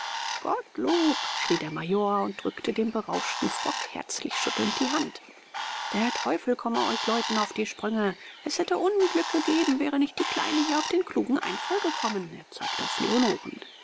gottlob schrie der major und drückte dem berauschten frock herzlich schüttelnd die hand der teufel komme euch leuten auf die sprünge es hätte unglück gegeben wäre nicht die kleine hier auf den klugen einfall gekommen er zeigte auf leonoren